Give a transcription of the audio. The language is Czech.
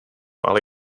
ale